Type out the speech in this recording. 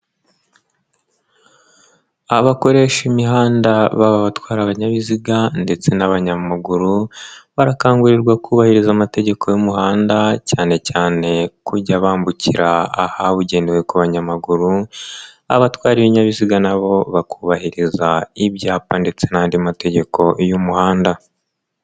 Abakoresha imihanda baba batwara ibinyabiziga ndetse n'abanyamaguru, barakangurirwa kubahiriza amategeko y'umuhanda cyane cyane kujya bambukira ahabugenewe ku banyamaguru, abatwara ibinyabiziga na bo bakubahiriza ibyapa ndetse n'andi mategeko y'umuhanda.